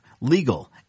legal